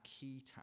key